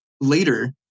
Later